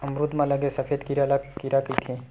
अमरूद म लगे सफेद कीरा ल का कीरा कइथे?